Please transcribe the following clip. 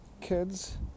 kids